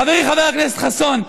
חברי חבר הכנסת חסון,